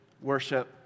worship